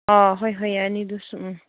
ꯑꯥ ꯍꯣꯏ ꯍꯣꯏ ꯌꯥꯅꯤ ꯑꯗꯨꯁꯨ ꯎꯝ